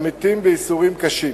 והם מתים בייסורים קשים.